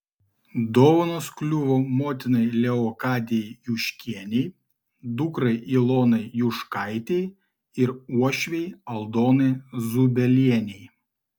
dovanos kliuvo motinai leokadijai juškienei dukrai ilonai juškaitei ir uošvei aldonai zubelienei